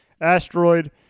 asteroid